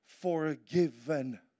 forgiven